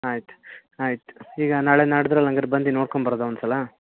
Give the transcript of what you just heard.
ಆಯ್ತು ಆಯ್ತು ಈಗ ನಾಳೆ ನಾಡ್ದ್ರಲ್ಲಿ ಹಂಗಾರ್ ಬಂದು ನೋಡ್ಕೊಂಬರದಾ ಒಂದ್ಸಲ